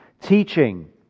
teaching